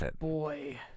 boy